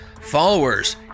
followers